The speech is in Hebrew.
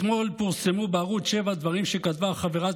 אתמול פורסמו בערוץ 7 דברים שכתבה חברת